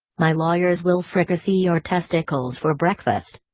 my lawyers will fricassee your testicles for breakfast.